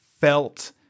felt